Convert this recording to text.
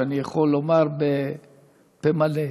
שאני יכול לומר בפה מלא,